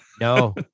No